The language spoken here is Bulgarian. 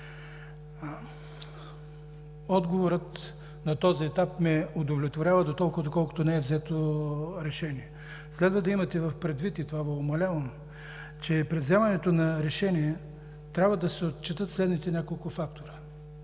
Отговорът на този етап ме удовлетворява дотолкова, доколкото не е взето решение. Следва да имате предвид, и това Ви умолявам, че при взимането на решение трябва да се отчетат следните няколко фактора.